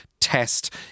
test